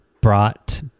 brought